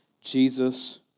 Jesus